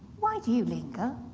why do you linger?